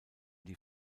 die